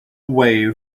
way